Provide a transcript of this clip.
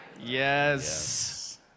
Yes